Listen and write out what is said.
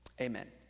Amen